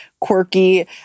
quirky